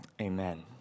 amen